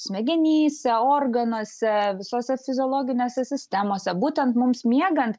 smegenyse organuose visose fiziologinėse sistemose būtent mums miegant